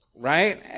Right